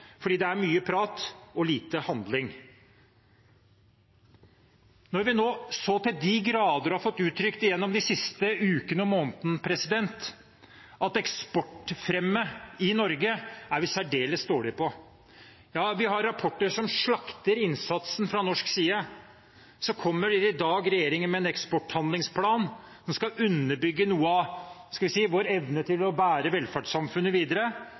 det er mye prat og lite handling. Når vi nå så til de grader har fått uttrykt gjennom de siste ukene og månedene at eksportfremme i Norge er vi særdeles dårlige på – ja, vi har rapporter som slakter innsatsen fra norsk side – så kommer regjeringen i dag med en eksporthandlingsplan som skal underbygge noe av, skal vi si, vår evne til å bære velferdssamfunnet videre.